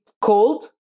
cold